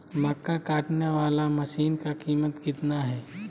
मक्का कटने बाला मसीन का कीमत कितना है?